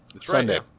Sunday